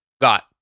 got